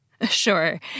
Sure